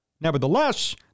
Nevertheless